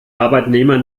arbeitnehmer